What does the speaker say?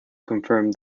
confirmed